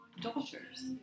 daughters